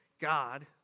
God